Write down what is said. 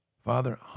Father